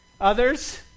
Others